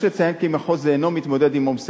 יש לציין כי המחוז אינו מתמודד עם עומסי